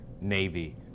Navy